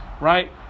right